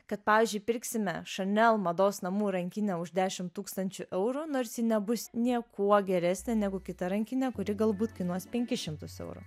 kad pavyzdžiui pirksime chanel mados namų rankinę už dešim tūkstančių eurų nors ji nebus niekuo geresnė negu kita rankinė kuri galbūt kainuos penkis šimtus eurų